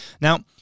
Now